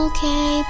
Okay